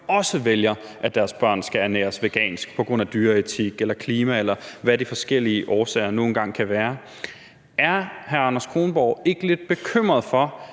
også vælger, at deres børn skal ernæres vegansk, på grund af dyreetik eller klima, eller hvad de forskellige årsager nu engang kan være. Er hr. Anders Kronborg ikke lidt bekymret for,